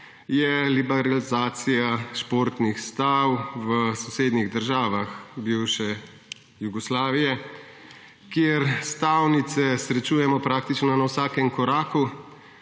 je liberalizacija športnih stav v sosednjih državah bivše Jugoslavije, kjer stavnice srečujemo praktično na vsakem koraku.